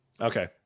Okay